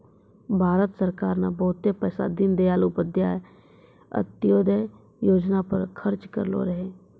भारत सरकार ने बहुते पैसा दीनदयाल उपाध्याय अंत्योदय योजना पर खर्च करलो रहै